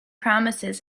promises